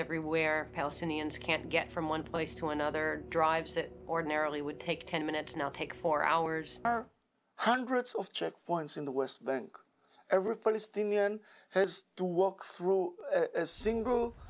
everywhere palestinians can't get from one place to another drives that ordinarily would take ten minutes now take four hours or hundreds of checkpoints in the west bank a report as the man has to walk through a single